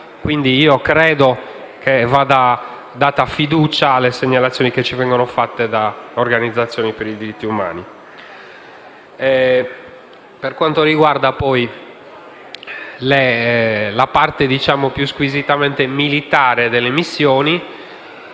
Quindi, credo che vada data fiducia alle segnalazioni che ci vengono fatte da organizzazioni per i diritti umani. Per quanto riguarda la parte più squisitamente militare delle missioni,